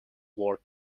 work